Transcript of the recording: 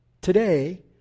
today